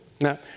No